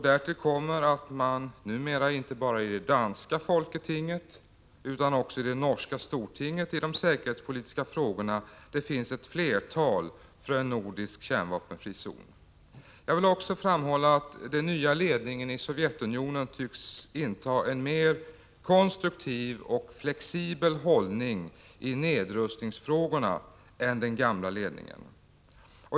Därtill kommer att det numera inte bara i det danska folketinget utan också i det norska stortinget när det gäller de säkerhetspolitiska frågorna finns ett flertal för en nordisk kärnvapenfri zon. Jag vill också framhålla att den nya ledningen i Sovjetunionen tycks inta en mer konstruktiv och flexibel hållning i nedrustningsfrågorna än den gamla ledningen.